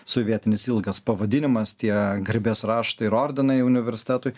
sovietinis ilgas pavadinimas tie garbės raštai ir ordinai universitetui